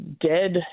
dead